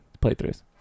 playthroughs